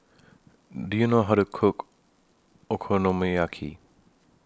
Do YOU know How to Cook Okonomiyaki